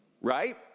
right